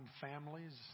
families